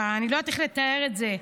אני לא יודעת איך לתאר את זה,